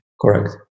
Correct